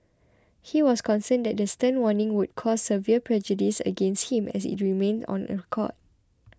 he was concerned that the stern warning would cause severe prejudice against him as it remained on record